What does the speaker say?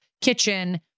kitchen